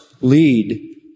lead